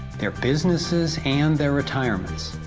their businesses and their retirements.